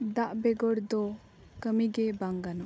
ᱫᱟᱜ ᱵᱮᱜᱚᱨ ᱫᱚ ᱠᱟᱹᱢᱤ ᱜᱮ ᱵᱟᱝ ᱜᱟᱱᱚᱜᱼᱟ